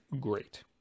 great